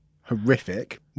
horrific